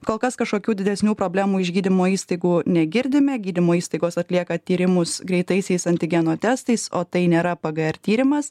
kol kas kažkokių didesnių problemų iš gydymo įstaigų negirdime gydymo įstaigos atlieka tyrimus greitaisiais antigeno testais o tai nėra pgr tyrimas